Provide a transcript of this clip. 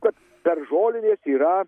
kad per žolines yra